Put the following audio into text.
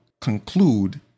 conclude